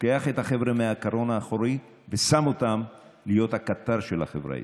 לוקח את החבר'ה מהקרון האחורי ושם אותם להיות הקטר של החברה הישראלית.